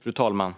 Fru talman!